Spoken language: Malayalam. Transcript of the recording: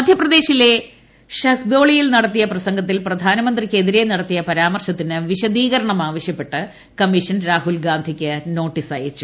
മധ്യപ്രദേശിലെ ഷഹ്ദോളിൽ നടത്തിയ പ്രസംഗത്തിൽ പ്രധാനമന്ത്രിക്കെതിരെ വിശദീകരണമാവശ്യപ്പെട്ട് കമ്മീഷൻ രാഹുൽഗാന്ധിക്ക് നോട്ടീസ് അയച്ചു